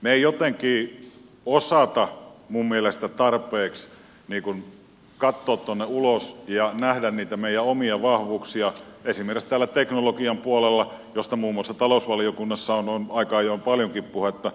me emme jotenkin osaa minun mielestäni tarpeeksi katsoa tuonne ulos ja nähdä niitä meidän omia vahvuuksiamme esimerkiksi teknologian puolella josta muun muassa talousvaliokunnassa on aika ajoin paljonkin puhetta